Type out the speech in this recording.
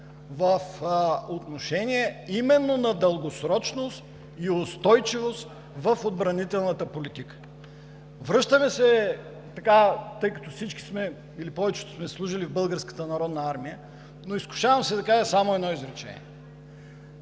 по отношение на дългосрочност и устойчивост в отбранителната политика. Тъй като всички, или повечето, сме служили в Българската народна армия, се изкушавам да кажа само едно изречение: